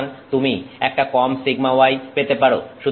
সুতরাং তুমি একটা কম σy পেতে পারো